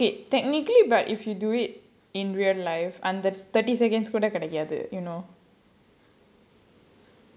okay technically but if you do it in real life under thirty seconds கூட கிடைக்காது:kooda kidaikkaathu you know